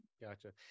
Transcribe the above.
Gotcha